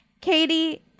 Katie